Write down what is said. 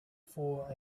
for